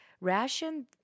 Ration